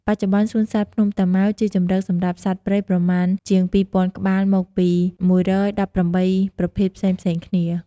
បច្ចុប្បន្ន សួនសត្វភ្នំតាម៉ៅជាជម្រកសម្រាប់សត្វព្រៃប្រមាណជាង ២,០០០ ក្បាល មកពី ១១៨ ប្រភេទ ផ្សេងៗគ្នា។